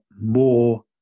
more